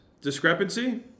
discrepancy